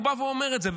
הוא בא ואומר את זה.